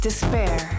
Despair